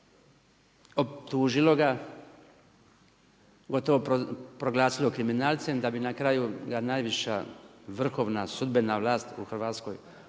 optužilo ga, pogotovo proglasili kriminalcem, da bi na kraju ga najviša vrhovna sudbena vlast u Hrvatskoj